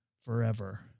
forever